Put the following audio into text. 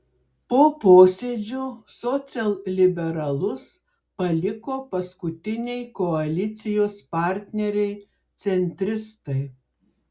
po posėdžio socialliberalus paliko paskutiniai koalicijos partneriai centristai